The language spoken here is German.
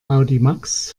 audimax